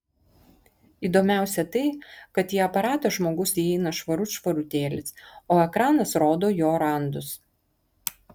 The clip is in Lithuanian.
įdomiausia tai kad į aparatą žmogus įeina švarut švarutėlis o ekranas rodo jo randus